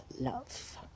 love